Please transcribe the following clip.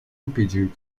impedir